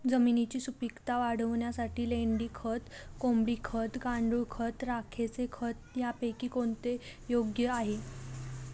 जमिनीची सुपिकता वाढवण्यासाठी लेंडी खत, कोंबडी खत, गांडूळ खत, राखेचे खत यापैकी कोणते योग्य आहे?